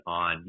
on